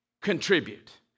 contribute